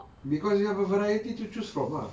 because you have a variety to choose from ah